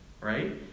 right